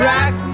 Rock